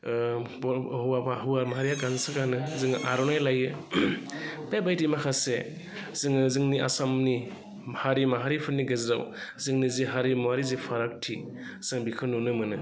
बर' हौवा बा हौवा माहारिया गामसा गानो जोङो आर'नाइ लायो बेबायदि माखासे जोङो जोंनि आसामनि हारि माहारिफोरनि गेजेराव जोंनि जि हारिमुआरि जि फारागथि जों बेखो नुनो मोनो